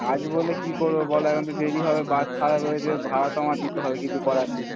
কাজ বলে কী করবো বলো এখন তো দেরি হবে বাস খারাপ হয়েছে ভাড়া তো আমার দিতে হবে কিছু করার নেই